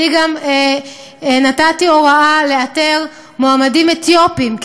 אני גם נתתי הוראה לאתר מועמדים אתיופים,